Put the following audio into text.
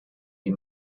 die